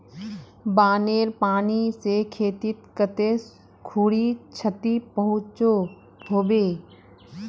बानेर पानी से खेतीत कते खुरी क्षति पहुँचो होबे?